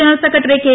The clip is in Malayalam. general secretary K